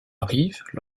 arrivent